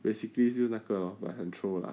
basically 就那个 orh but 很 troll lah